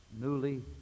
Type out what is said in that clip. newly